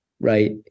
right